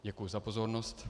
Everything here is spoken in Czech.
Děkuji za pozornost.